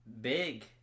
Big